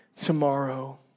tomorrow